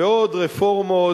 ועוד רפורמות,